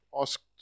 asked